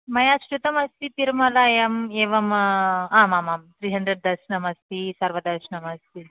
मया श्रुतमस्ति तिरुमलायाम् एवम् आमामां त्रि हण्ड्रेड् दर्शनमस्ति सर्वदर्शनमस्ति